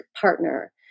partner